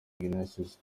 ignatius